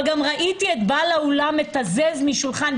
אבל גם ראיתי את בעל האולם מתזז משולחן לשולחן.